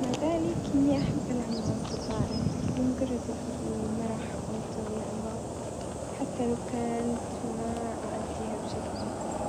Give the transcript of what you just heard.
مع ذلك إني أحب ألعب مع أصدقائي لمجرد المرح أو تضييع الوقت، حتى لو كنت ما أؤديها بشكل مفظل.